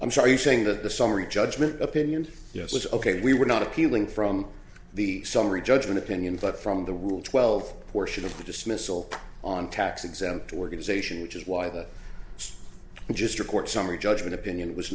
i'm sorry saying that the summary judgment opinion yes was ok we were not appealing from the summary judgment opinion but from the rule twelve portion of the dismissal on tax exempt organization which is why the just report summary judgment opinion it was